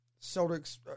Celtics